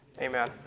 Amen